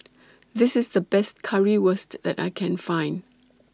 This IS The Best Currywurst that I Can Find